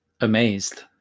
amazed